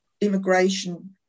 immigration